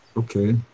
Okay